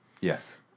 Yes